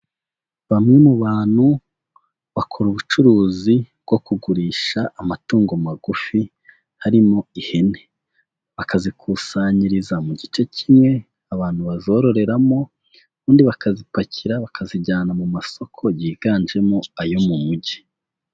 Bamwe mu bantu bakora ubucuruzi bwo kugurisha amatungo magufi harimo ihene. Bakazikusanyiriza mu gice kimwe abantu bazororeramo, ubundi bakazipakira bakazijyana mu masoko yiganjemo ayo mu mujyi.